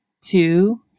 two